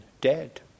dead